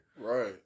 right